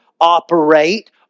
Operate